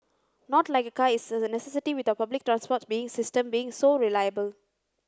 not like a car is a necessity with our public transports being system being so reliable